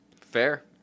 fair